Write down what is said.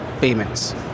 payments